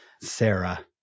Sarah